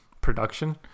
production